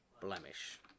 blemish